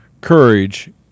Courage